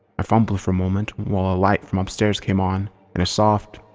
i fumbled for a moment while a light from upstairs came on and a soft,